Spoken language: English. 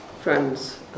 friends